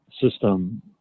system